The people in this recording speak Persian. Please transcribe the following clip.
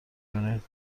کنین